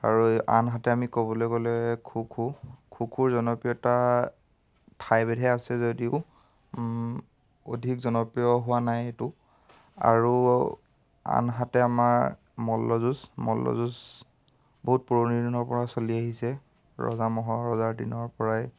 আৰু আনহাতে আমি ক'বলৈ গ'লে খো খো খো খোৰ জনপ্ৰিয়তা ঠাইভেদে আছে যদিও অধিক জনপ্ৰিয় হোৱা নাই সেইটো আৰু আনহাতে আমাৰ মল্লযুঁজ মল্লযুঁজ বহুত পুৰণি দিনৰ পৰা চলি আহিছে ৰজা মহাৰজাৰ দিনৰ পৰাই